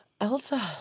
Elsa